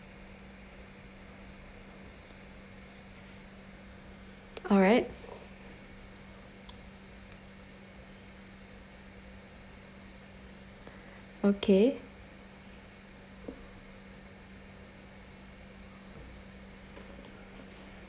alright okay